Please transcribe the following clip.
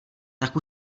tak